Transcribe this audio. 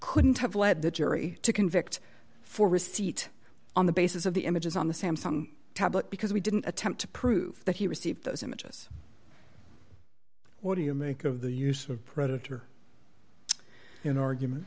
couldn't have led the jury to convict for receipt on the basis of the images on the samsung tablet because we didn't attempt to prove that he received those images or do you make of the use of predator in argument